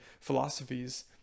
philosophies